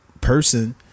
person